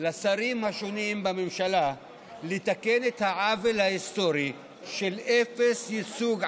לשרים השונים בממשלה לתקן את העוול ההיסטורי של אפס ייצוג,